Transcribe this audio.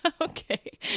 okay